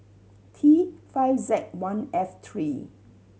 T five Z one F three